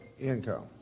income